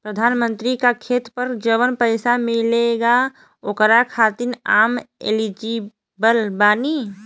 प्रधानमंत्री का खेत पर जवन पैसा मिलेगा ओकरा खातिन आम एलिजिबल बानी?